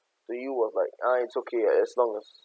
to you was like ah it's okay as long as